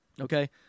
Okay